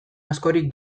askorik